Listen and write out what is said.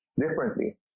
differently